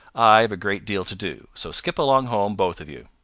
i've a great deal to do, so skip along home, both of you.